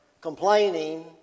complaining